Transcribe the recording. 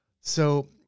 So-